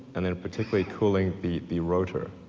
and then in particular cooling the the rotor,